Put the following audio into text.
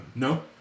No